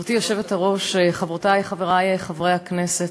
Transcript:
גברתי היושבת-ראש, חברותי, חברי חברי הכנסת,